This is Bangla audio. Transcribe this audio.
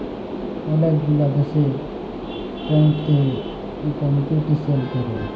ওলেক গুলা দ্যাশে ট্যাক্স এ কম্পিটিশাল ক্যরে